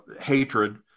hatred